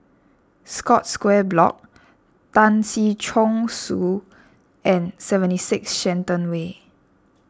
Scotts Square Block Tan Si Chong Su and seventy six Shenton Way